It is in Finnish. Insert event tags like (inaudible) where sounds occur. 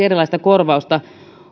(unintelligible) erilaista korvausta